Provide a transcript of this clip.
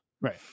Right